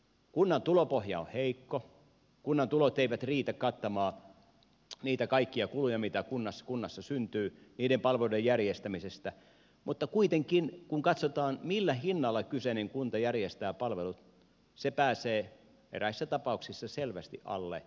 kunnan tulopohja on heikko kunnan tulot eivät riitä kattamaan niitä kaikkia kuluja mitä kunnassa syntyy niiden palveluiden järjestämisestä mutta kuitenkin kun katsotaan millä hinnalla kyseinen kunta järjestää palvelut se pääsee eräissä tapauksissa selvästi alle maan keskiarvon